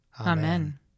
Amen